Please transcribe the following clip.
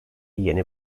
yeni